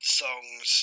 songs